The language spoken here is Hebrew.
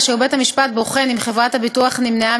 כאשר בית-משפט בוחן אם חברת הביטוח נמנעה